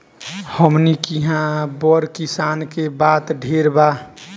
हमनी किहा बड़ किसान के बात ढेर बा